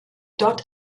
dort